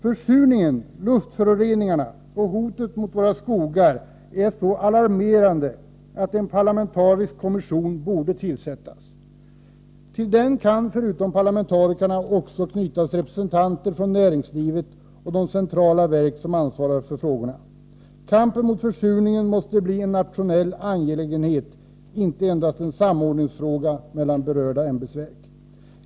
Försurningen, luftföroreningarna och hotet mot våra skogar är så alarmerande att en parlamentarisk kommission borde tillsättas. Till den kan, förutom parlamentarikerna, också knytas representanter från näringslivet och de centrala verk som ansvarar för dessa frågor. Kampen mot försurningen måste bli en nationell angelägenhet, inte endast en fråga om samordning mellan berörda ämbetsverk.